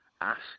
ask